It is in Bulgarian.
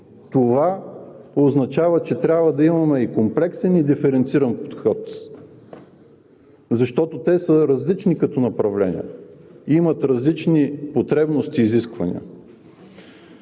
Това означава, че трябва да имаме и комплексен, и диференциран подход, защото те са различни като направления, имат различни потребности и изисквания.